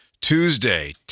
Tuesday